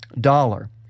dollar